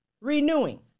renewing